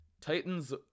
titans